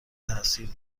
تاثیر